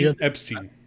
Epstein